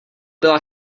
byla